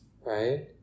right